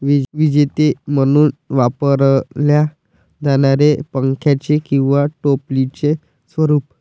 विजेते म्हणून वापरल्या जाणाऱ्या पंख्याचे किंवा टोपलीचे स्वरूप